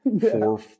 four